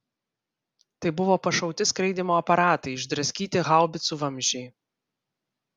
tai buvo pašauti skraidymo aparatai išdraskyti haubicų vamzdžiai